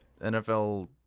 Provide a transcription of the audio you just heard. NFL